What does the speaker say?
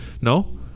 No